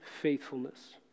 faithfulness